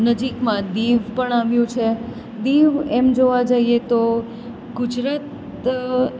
નજીકમાં દીવ પણ આવ્યું છે દીવ એમ જોવા જઈએ તો ગુજરાત